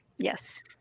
Yes